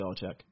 Belichick